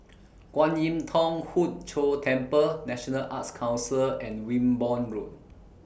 Kwan Im Thong Hood Cho Temple National Arts Council and Wimborne Road